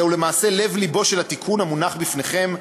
זהו למעשה לב-לבו של התיקון המונח בפניכם,